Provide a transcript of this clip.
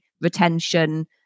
retention